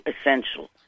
essential